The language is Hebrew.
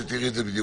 שתראי את זה בדיוק.